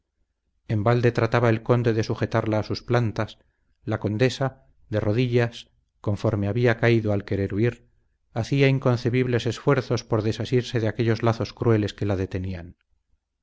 en balde trataba el conde de sujetarla a sus plantas la condesa de rodillas conforme había caído al querer huir hacía inconcebibles esfuerzos por desasirse de aquellos lazos crueles que la detenían